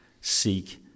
seek